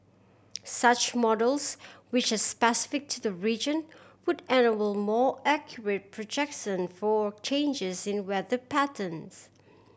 such models which are specific to the region would enable more accurate projection for changes in weather patterns